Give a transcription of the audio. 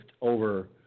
over